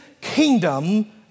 kingdom